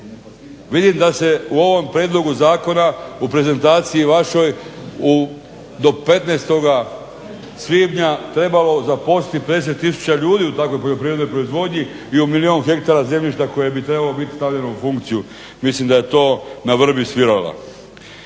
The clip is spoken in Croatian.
Vidim da se u ovom prijedlogu zakona u prezentaciji vašoj do 15. svibnja trebalo zaposliti 50 tisuća ljudi u takvoj poljoprivrednoj proizvodnji i u milijun hektara zemljišta koje bi trebalo biti stavljeno u funkciju. Mislim da je to na vrbi svirala.